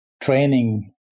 training